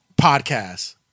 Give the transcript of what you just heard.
podcast